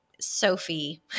Sophie